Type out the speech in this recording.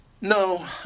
No